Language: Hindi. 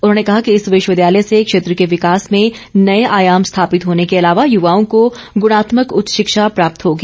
उन्होंने कहा कि इस विश्वविद्यालय से क्षेत्र के विकास में नए आयाम स्थापित होने के अलावा युवाओं को गुणात्मक उच्च शिक्षा प्राप्त होगी